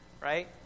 Right